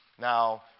Now